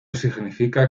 significa